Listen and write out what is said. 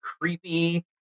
creepy